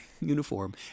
uniform